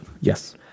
Yes